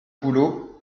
boulot